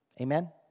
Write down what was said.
Amen